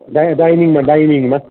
di डायनिङमा डायनिङमा